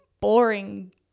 boring